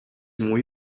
muy